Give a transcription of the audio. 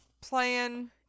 playing